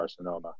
carcinoma